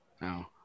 no